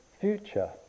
future